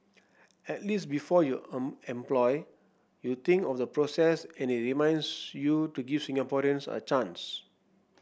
at least before you employ you think of the process and it reminds you to give Singaporeans a chance